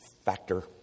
factor